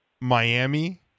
Miami